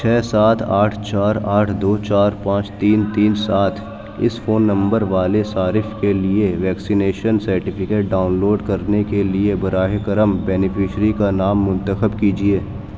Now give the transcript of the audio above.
چھ سات آٹھ چار آٹھ دو چار پانچ تین تین سات اس فون نمبر والے صارف کے لیے ویکسینیشن سرٹیفکیٹ ڈاؤن لوڈ کرنے کے لیے براہ کرم بینیفشیری کا نام منتخب کیجیے